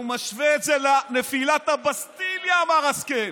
הוא משווה את זה לנפילת הבסטיליה, אמר השכל.